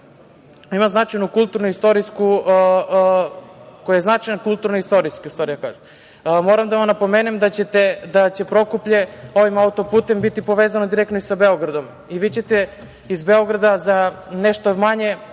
ima bogatu kulturnu, istorijsku, koji je značajan kulturno i istorijski, u stvari da kažem. Moram da vam napomenem da će Prokuplje ovim autoputem biti povezano i direktno sa Beogradom i vi ćete iz Beograda za nešto manje